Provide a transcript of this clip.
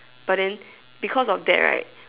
but then because of that right